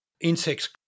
insects